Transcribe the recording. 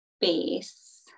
base